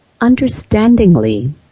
understandingly